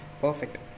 Perfect